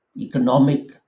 economic